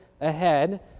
ahead